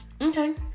Okay